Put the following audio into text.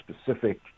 specific